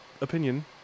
opinion